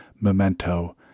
Memento